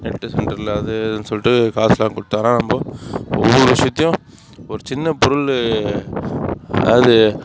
net சென்டரில் அது இதுன்னு சொல்லிட்டு காசுலாம் கொடுத்தாங்கன்னா நம்ம ஒவ்வொரு விஷயத்தையும் ஒரு சின்ன பொருள் அதாவது